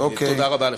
תודה רבה לך.